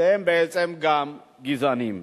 גזענים.